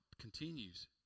continues